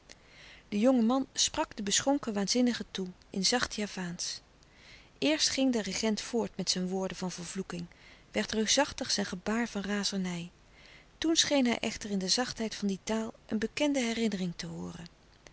de jonge man sprak den beschonken waanzinnige toe in zacht javaansch eerst ging de regent voort met zijn woorden van vervloeking werd reusachtig zijn gebaar van razernij toen scheen hij echter in de zachtheid van die taal een bekende herinnering te hooren